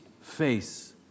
face